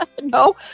No